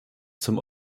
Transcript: zum